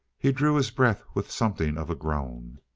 he drew his breath with something of a groan.